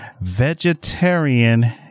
Vegetarian